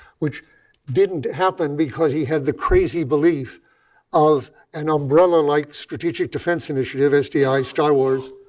which didn't happen because he had the crazy belief of an umbrella-like strategic defense initiative, sdi star wars